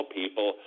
people